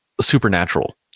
supernatural